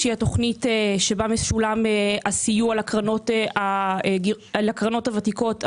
שבה משולם הסיוע לקרנות הוותיקות המאוזנות,